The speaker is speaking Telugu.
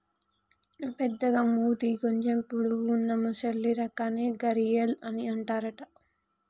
పెద్దగ మూతి కొంచెం పొడవు వున్నా మొసలి రకాన్ని గరియాల్ అని అంటారట